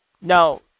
Now